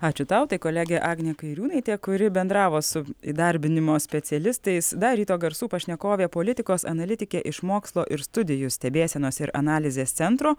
ačiū tau tai kolegė agnė kairiūnaitė kuri bendravo su įdarbinimo specialistais dar ryto garsų pašnekovė politikos analitikė iš mokslo ir studijų stebėsenos ir analizės centro